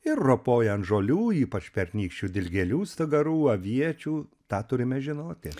ir ropoja ant žolių ypač pernykščių dilgėlių stagarų aviečių tą turime žinoti